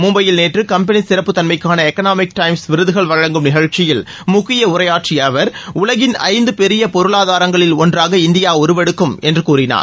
மும்பையில் நேற்று கம்பெனி சிறப்பு தன்மைக்கான எக்னாமிக் டைம்ஸ் விருதுகள் வழங்கும் நிகழ்ச்சியில் முக்கிய உரையாற்றிய அவர் உலகின் ஐந்து பெரிய பொருளாதாரங்களில் ஒன்றாக இந்தியா உருவெடுக்கும் என்று கூறினார்